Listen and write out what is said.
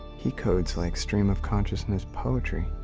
he codes like stream-of-consciousness poetry.